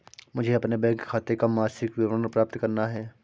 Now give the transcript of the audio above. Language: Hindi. मुझे अपने बैंक खाते का मासिक विवरण प्राप्त करना है?